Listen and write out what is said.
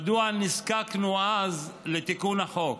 מדוע נזקקנו אז לתיקון החוק?